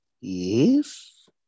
Yes